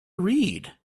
read